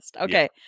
Okay